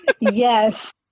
Yes